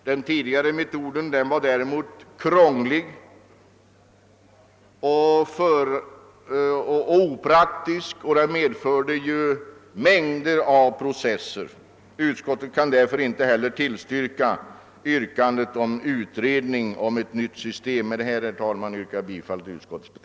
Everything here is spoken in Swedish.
Den tidigare metoden var däremot krånglig och opraktisk och medförde mängder av processer. Utskottet kan därför inte heller tillstyrka yrkandet om utredning om ett nytt system. Med detta, herr talman, yrkar jag bi